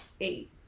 Eight